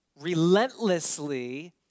relentlessly